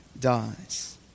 dies